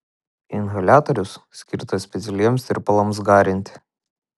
inhaliatorius skirtas specialiems tirpalams garinti